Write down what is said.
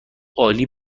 عالی